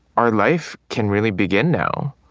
our life can really begin now.